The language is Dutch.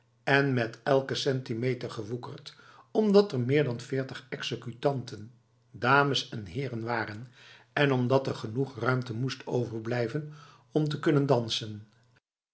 en met elken centimeter gewoekerd omdat er meer dan veertig executanten dames en heeren waren en omdat er genoeg ruimte moest overblijven om te kunnen dansen